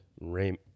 Raymond